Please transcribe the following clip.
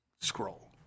Scroll